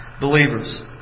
Believers